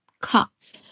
cuts